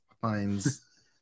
finds